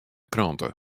krante